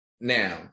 Now